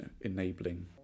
enabling